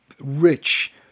rich